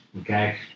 okay